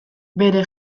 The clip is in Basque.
bere